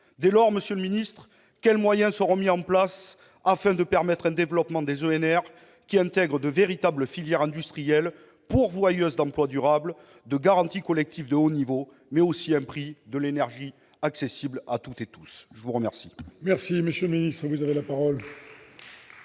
Dès lors, monsieur le ministre d'État, quels moyens seront mis en place afin de permettre un développement des ENR qui assure non seulement de véritables filières industrielles, pourvoyeuses d'emplois durables, des garanties collectives de haut niveau, mais aussi un prix de l'énergie accessible à toutes et tous ? La parole